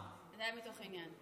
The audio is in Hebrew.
זה היה מתוך עניין.